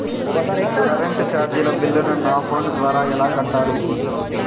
Current చార్జీల బిల్లును, నా ఫోను ద్వారా ఎలా కట్టాలి?